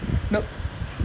before half time ah !oi!